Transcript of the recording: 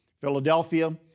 Philadelphia